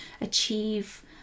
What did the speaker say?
achieve